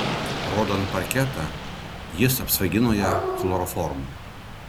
rodant parketą jis apsvaigino ją chloroformu